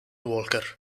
walker